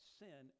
sin